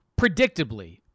predictably